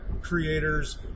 creators